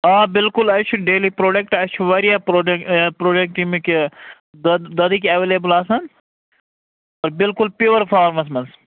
آ بلکُل اَسہِ چھِ ڈیٚلی پرٛوڈکٹ اَسہِ چھِ وارِیاہ پرٛوڈ پرٛوڈکٹ ییٚمِکۍ دۄ دۄدٕکۍ ایٚولیبٕل آسان بلکُل پِوَر فارمس منٛز